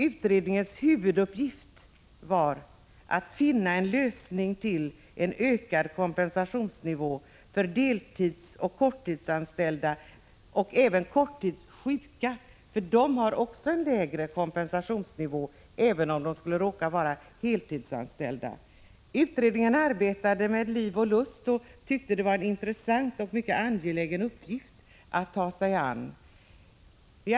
Utredningens huvuduppgift var att finna en lösning på frågan om en höjd kompensationsnivå för deltidsoch korttidsanställda liksom också för korttidssjuka, som även om de råkar vara heltidsanställda har en lägre kompensationsnivå. Vi arbetade med liv och lust i denna utredning och tyckte att det var en intressant och mycket angelägen uppgift att ta sig an.